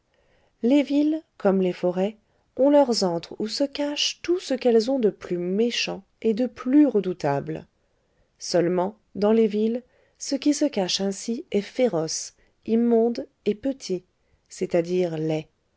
les villes comme les forêts ont leurs antres où se cachent tout ce qu'elles ont de plus méchant et de plus redoutable seulement dans les villes ce qui se cache ainsi est féroce immonde et petit c'est-à-dire laid